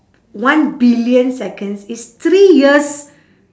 one billion seconds is three years